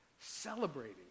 celebrating